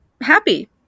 happy